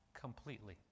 completely